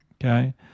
Okay